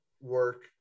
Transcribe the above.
work